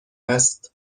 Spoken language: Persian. است